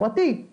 פרטי,